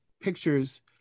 pictures